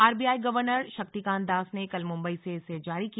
RBI governor Shaktikanta Das ने कल मुम्बई में इसे जारी किया